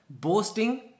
boasting